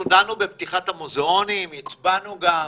אנחנו דנו בפתיחת המוזיאונים, הצבענו גם,